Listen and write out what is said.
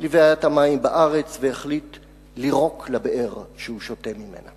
לבעיית המים בארץ והחליט לירוק לבאר שהוא שותה ממנה.